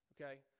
Okay